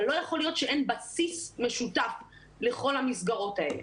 אבל לא יכול להיות שאין בסיס משותף לכל המסגרות האלה,